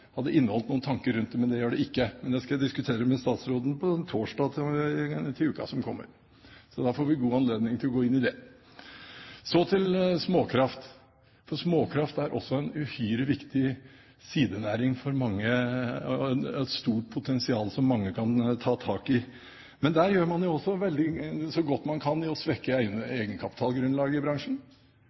hadde inneholdt noen tanker rundt det, men det gjør den ikke. Men det skal jeg diskutere med statsråden på torsdag til uken som kommer. Da får vi god anledning til å gå inn i det. Så til småkraft: Småkraft er også en uhyre viktig sidenæring for mange, og et stort potensial som mange kan ta tak i. Men der gjør man jo også så godt man kan ved å svekke egenkapitalgrunnlaget i bransjen.